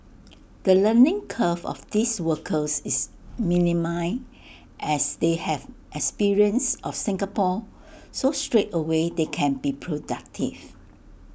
the learning curve of these workers is minimal as they have experience of Singapore so straightaway they can be productive